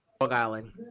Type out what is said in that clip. Island